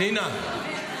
פנינה,